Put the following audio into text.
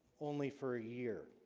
only for a year